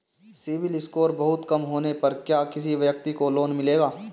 CIBIL score बहुत कम होने पर क्या किसी व्यक्ति को लोंन मिलेगा?